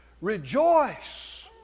rejoice